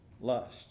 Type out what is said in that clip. lust